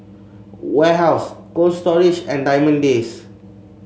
Warehouse Cold Storage and Diamond Days